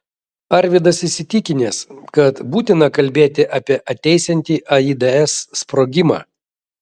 arvydas įsitikinęs kad būtina kalbėti apie ateisiantį aids sprogimą